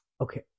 okay